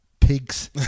pigs